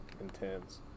Intense